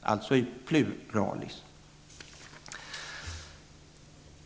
alltså i pluralis.